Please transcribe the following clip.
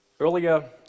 Earlier